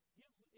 gives